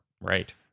right